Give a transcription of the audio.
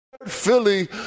Philly